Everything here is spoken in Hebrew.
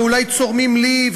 ואולי צורמים לי,